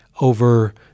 over